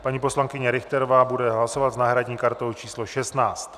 Paní poslankyně Richterová bude hlasovat s náhradní kartou číslo 16.